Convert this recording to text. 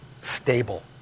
stable